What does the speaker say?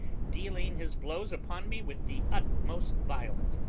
dealing his blows upon me with the utmost violence,